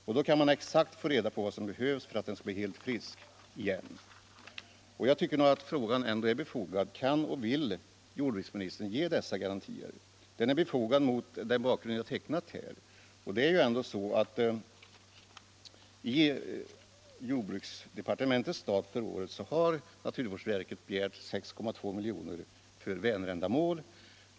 Och då kan man exakt få reda på vad som behövs för att den skall bli helt fri från föroreningar igen. Jag tycker därför att denna fråga är befogad: Kan och vill jordbruksministern ge dessa garantier? Den är befogad sedd mot den bakgrund jag tecknat här. I jordbruksdepartementets stat för kommande budgetår har naturvårdsverket begärt 6,2 milj.kr. för Vänerändamål.